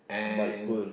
and